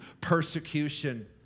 persecution